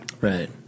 Right